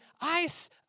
ice